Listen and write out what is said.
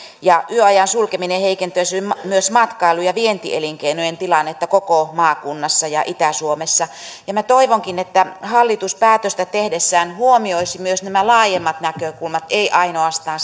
ja yöajan sulkeminen heikentäisi myös matkailu ja vientielinkeinojen tilannetta koko maakunnassa ja itä suomessa minä toivonkin että hallitus päätöstä tehdessään huomioisi myös nämä laajemmat näkökulmat ei ainoastaan